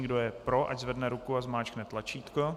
Kdo je pro, ať zvedne ruku a zmáčkne tlačítko.